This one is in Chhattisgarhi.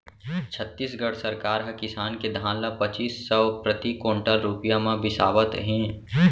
छत्तीसगढ़ सरकार ह किसान के धान ल पचीस सव प्रति कोंटल रूपिया म बिसावत हे